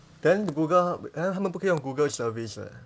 then google then 他们不可以用 google service leh